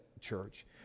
church